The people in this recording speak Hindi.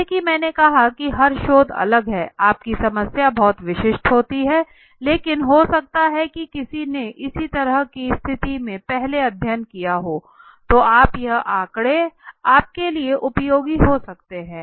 जैसा कि मैंने कहा कि हर शोध अलग है आपकी समस्या बहुत विशिष्ट होती है लेकिन हो सकता है की किसी ने इसी तरह की स्थिति में पहले अध्ययन किया हो तो आप यह आंकड़े आप के लिए उपयोगी हो सकते है